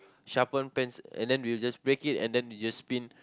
sharpen pencil and then you just break it and then you just spin